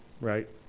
right